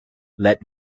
let